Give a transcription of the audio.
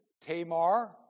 Tamar